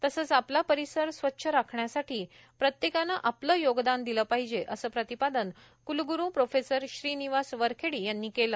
तसंच आपला परिसर स्वच्छ राखण्यासाठी प्रत्येकानं आपलं योगदान दिलं पाहिजे असं प्रतिपादन कुलग्रू प्रोफेसर श्रीनिवास वरखेडी यांनी केलं